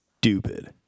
stupid